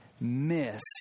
miss